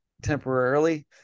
temporarily